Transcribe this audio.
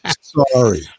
sorry